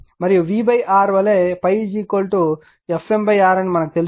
మరియు V R వలె ∅ F m R అని తెలుసు